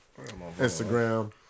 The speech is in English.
Instagram